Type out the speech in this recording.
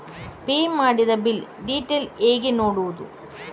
Pay ಮಾಡಿದ bill detail ಹೇಗೆ ನೋಡುವುದು?